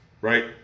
right